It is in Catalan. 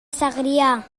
segrià